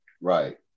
Right